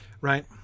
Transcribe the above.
right